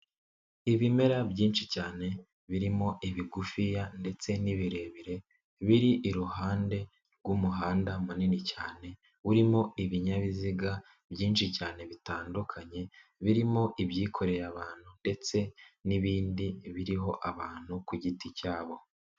Ibimera byinshi cyane birimo ibigufiya ndetse n'ibirebire biri iruhande rw'umuhanda munini cyane urimo ibinyabiziga byinshi cyane bitandukanye birimo ibyikoreye abantu ndetse n'ibindi biriho abantu ku giti cyabo.